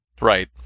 Right